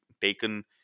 taken